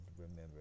remember